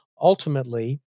Ultimately